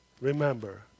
remember